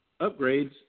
upgrades